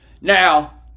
Now